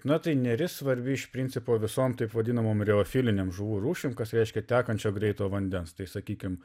na tai neris svarbi iš principo visom taip vadinamom reofilinėm žuvų rūšim kas reiškia tekančio greito vandens tai sakykim